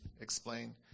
explain